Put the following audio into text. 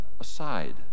aside